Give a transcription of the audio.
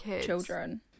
children